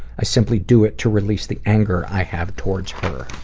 i simply do it to release the anger i have towards her.